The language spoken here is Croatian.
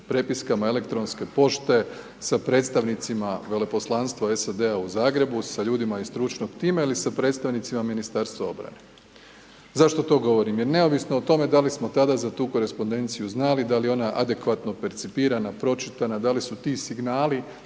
prepiskama elektronske pošte sa predstavnicima Veleposlanstva SAD-a u Zagrebu, sa ljudima iz stručnog tima ili sa predstavnicima Ministarstva obrane. Zašto to govorim? Jer neovisno o tome da li smo tada za tu korespondenciju znali, da li je ona adekvatno percipirana, pročitana, da li su ti signali